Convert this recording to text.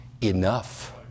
enough